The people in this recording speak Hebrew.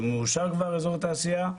זה מאושר כבר אזור התעשייה,